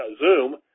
Zoom